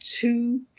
two